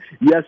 yes